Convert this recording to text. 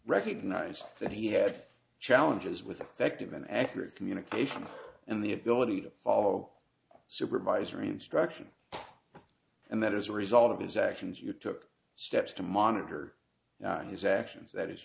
recognized that he had challenges with effective an accurate communication and the ability to follow supervisory instruction and that as a result of his actions you took steps to monitor his actions that is